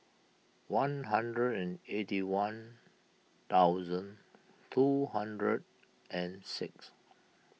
one hundred and eighty one thousand two hundred and six